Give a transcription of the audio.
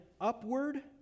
upward